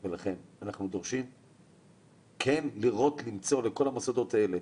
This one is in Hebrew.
ולכן אנחנו דורשים לראות ולמצוא לכל המוסדות האלה